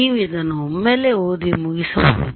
ನೀವು ಇದನ್ನು ಒಮ್ಮೆಲೆ ಓದಿ ಮುಗಿಸಬಹುದು